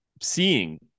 seeing